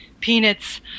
peanuts